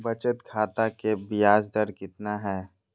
बचत खाता के बियाज दर कितना है?